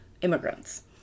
immigrants